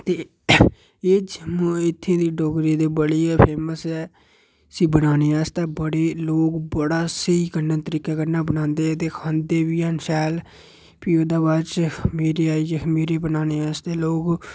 ते एह् मोए इत्थें दे डोगरे ते बड़ी गै फेमस ऐ इसी बनाने आस्तै बड़े लोक बड़ा स्हेई तरीके कन्नै बनांदे ते एह् बी हैन शैल बी ओह्दे बाद च खमीरे आइये खमीरे बनाने आस्तै लोक